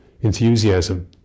enthusiasm